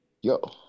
yo